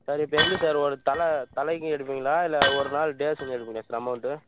sir இப்போ எப்படி sir ஒரு தலை தலைக்கு எடுப்பீங்களா இல்லை ஒரு நாள் டேஸ்ன்னு எடுப்பீங்களா சார் அமௌண்ட்டு